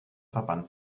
verband